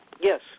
Yes